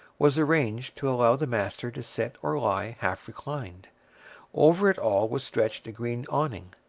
was arranged to allow the master to sit or lie half reclined over it all was stretched a green awning.